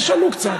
תשנו קצת.